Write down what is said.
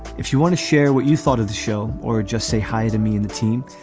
if you want to share what you thought of the show or just say hi to me and the team,